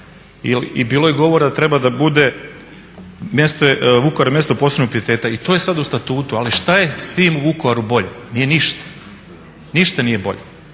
i bilo je govora da treba da bude, Vukovar je mesto posebno pijeteta i to je sad u statutu. Ali što je s tim Vukovaru bolje, nije ništa. Ništa nije bolje.